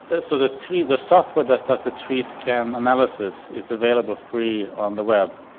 ah so the tree, the software that's that's the tree scan analysis is available free on the web,